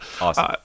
Awesome